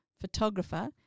photographer